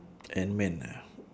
antman ah